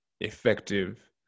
effective